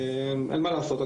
אין מה לעשות,